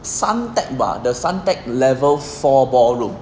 suntec bar the suntec level four ballroom